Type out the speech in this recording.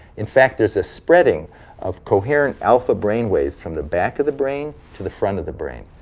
in fact there is a spreading of coherent alpha brain waves from the back of the brain to the front of the brain,